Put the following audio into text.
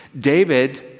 David